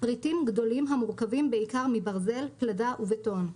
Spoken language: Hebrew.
פריטים גדולים המורכבים בעיקר מברזל, פלדה ובטון,